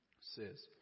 says